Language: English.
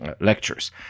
lectures